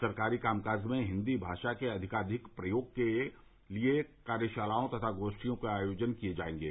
सरकारी काम काज में हिन्दी भाषा के अधिकाधिक प्रयोग के लिए कार्यशालाओं तथा गोष्ठियों के आयोजन किए जायेंगे